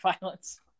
violence